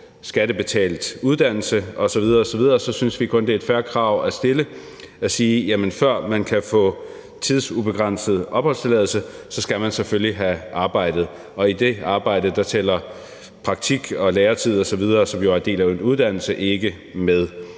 skattebetalt uddannelse osv. osv., og så synes vi kun, det er et fair krav at stille at sige, at før man kan få tidsubegrænset opholdstilladelse skal man selvfølgelig have arbejdet. Og i det arbejde tæller praktik og læretid osv., som jo er en del af en uddannelse, ikke med.